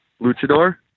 luchador